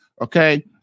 okay